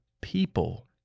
people